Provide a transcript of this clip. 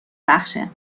بخشه